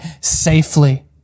safely